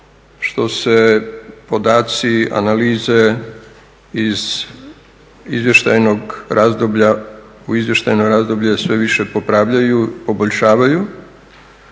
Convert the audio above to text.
što se podaci analize iz izvještajnog razdoblja u izvještajno razdoblje sve više popravljaju, poboljšavaju.